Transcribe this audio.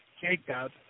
Jacob